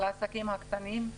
על העסקים הקטנים,